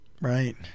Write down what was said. right